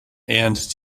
and